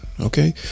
Okay